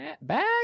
back